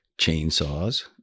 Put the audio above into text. chainsaws